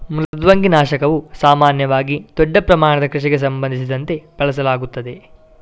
ಮೃದ್ವಂಗಿ ನಾಶಕವು ಸಾಮಾನ್ಯವಾಗಿ ದೊಡ್ಡ ಪ್ರಮಾಣದ ಕೃಷಿಗೆ ಸಂಬಂಧಿಸಿದಂತೆ ಬಳಸಲಾಗುತ್ತದೆ